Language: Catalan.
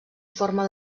forma